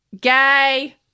gay